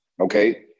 okay